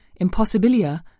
Impossibilia